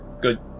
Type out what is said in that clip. Good